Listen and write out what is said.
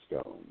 stone